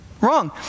Wrong